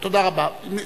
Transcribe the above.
תודה רבה.